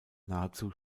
nahezu